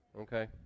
Okay